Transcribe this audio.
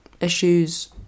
issues